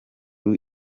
iri